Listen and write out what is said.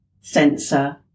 sensor